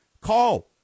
call